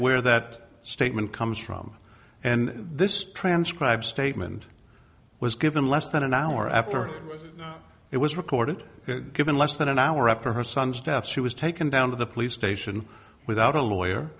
where that statement comes from and this transcribe statement was given less than an hour after it was recorded given less than an hour after her son's death she was taken down to the police station without a lawyer